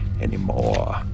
anymore